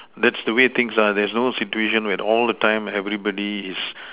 that's the way things are there's no situation where all the time everybody is